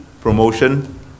promotion